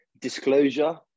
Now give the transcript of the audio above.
Disclosure